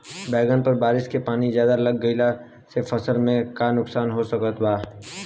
बैंगन पर बारिश के पानी ज्यादा लग गईला से फसल में का नुकसान हो सकत बा?